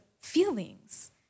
feelings